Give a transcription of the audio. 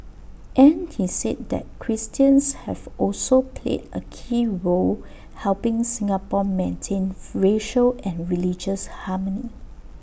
and he said that Christians have also played A key role helping Singapore maintain racial and religious harmony